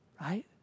right